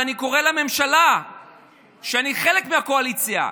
ואני קורא לממשלה כשאני חלק מהקואליציה,